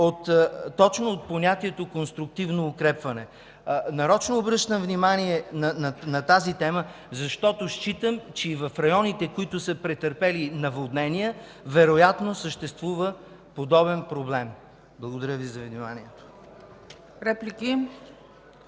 точно от понятието „конструктивно укрепване”. Нарочно обръщам внимание на тази тема, защото считам, че и в районите, които са претърпели наводнения, вероятно съществува подобен проблем. Благодаря.